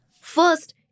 First